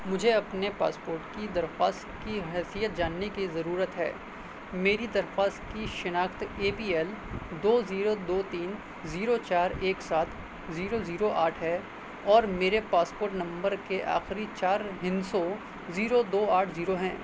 مجھے اپنے پاسپوٹ کی درخواست کی حیثیت جاننے کی ضرورت ہے میری درخواست کی شناخت اے پی ایل دو زیرو دو تین زیرو چار ایک سات زیرو زیرو آٹھ ہے اور میرے پاسپوٹ نمبر کے آخری چار ہندسوں زیرو دو آٹھ زیرو ہیں